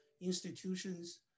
institutions